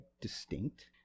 distinct